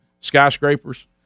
skyscrapers